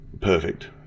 perfect